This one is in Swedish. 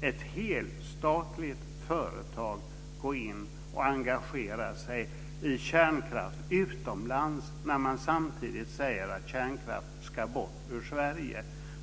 ett helstatligt företag från Sverige ska engagera sig i kärnkraft utomlands, när man samtidigt säger att kärnkraften ska bort ur Sverige.